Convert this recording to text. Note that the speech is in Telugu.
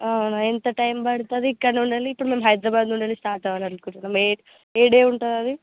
అవునా ఎంత టైం బడుతుంది ఇక్కడ నుండి వెళ్ళి ఇప్పుడు మేము హైదరాబాద్ నుండి వెళ్ళి స్టార్ట్ అవ్వాలి అనుకుంటున్నాము ఏ ఏ డే ఉంటుంది అది